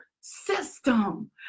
system